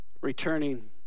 returning